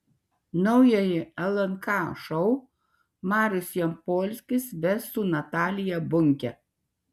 naująjį lnk šou marius jampolskis ves su natalija bunke